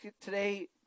today